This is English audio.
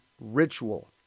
ritual